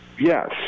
Yes